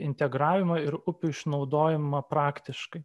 integravimą ir upių išnaudojimą praktiškai